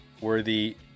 worthy